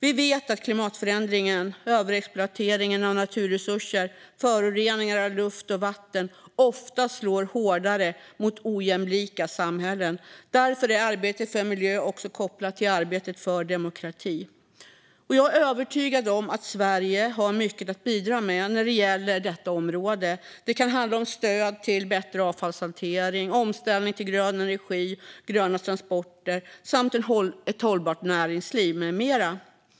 Vi vet att klimatförändringen, överexploateringen av naturresurser och föroreningar av luft och vatten ofta slår hårdare mot ojämlika samhällen. Därför är arbetet för miljö också kopplat till arbetet för demokrati. Jag är övertygad om att Sverige har mycket att bidra med när det gäller detta område. Det kan handla om stöd för en bättre avfallshantering, omställning till grön energi och gröna transporter samt ett hållbart näringsliv med mera.